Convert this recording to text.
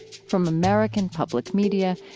from american public media,